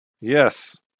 Yes